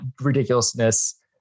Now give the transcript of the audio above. ridiculousness